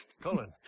Colin